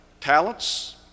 talents